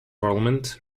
parliament